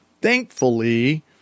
Thankfully